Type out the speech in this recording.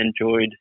enjoyed